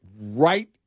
right